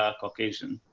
ah caucasian.